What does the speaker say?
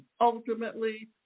ultimately